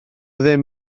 ddim